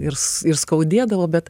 ir ir skaudėdavo bet